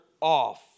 off